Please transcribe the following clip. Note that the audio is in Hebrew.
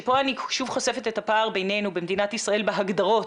פה אני שוב חושפת את הפער בינינו במדינת ישראל בהגדרות.